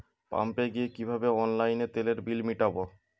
পাম্পে গিয়ে কিভাবে অনলাইনে তেলের বিল মিটাব?